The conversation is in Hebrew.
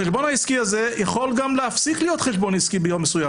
החשבון העסקי הזה גם יכול להפסיק להיות חשבון עסקי ביום מסוים,